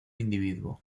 individuo